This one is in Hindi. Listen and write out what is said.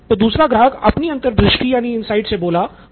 तो दूसरा ग्राहक अपनी अंतर्दृष्टि से बोला वाह